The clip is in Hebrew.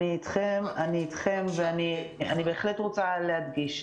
אני בהחלט רוצה להדגיש: